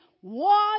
one